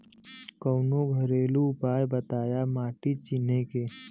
कवनो घरेलू उपाय बताया माटी चिन्हे के?